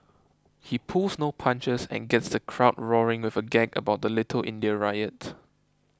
he pulls no punches and gets the crowd roaring with a gag about the Little India riot